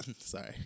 sorry